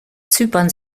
zypern